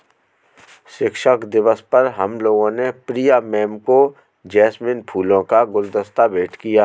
शिक्षक दिवस पर हम लोगों ने प्रिया मैम को जैस्मिन फूलों का गुलदस्ता भेंट किया